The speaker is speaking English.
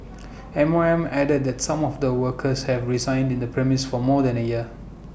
M O M added that some of the workers have resided in the premises for more than A year